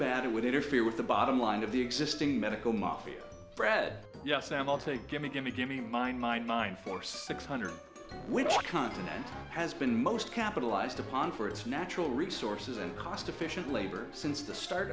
bad it would interfere with the bottom line of the existing medical mafia fred yes and i'll take gimme gimme gimme mine mine mine for six hundred which continent has been most capitalized upon for its natural resources and cost efficient labor since the start